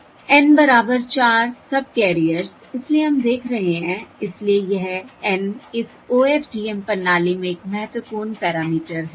N बराबर चार subcarriers इसलिए हम देख रहे हैं इसलिए यह N इस OFDM प्रणाली में एक महत्वपूर्ण पैरामीटर है